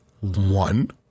one